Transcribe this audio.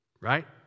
right